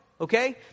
Okay